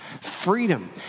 Freedom